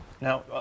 Now